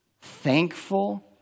thankful